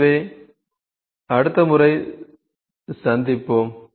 எனவே அடுத்த முறை சந்திப்போம்